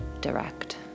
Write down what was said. direct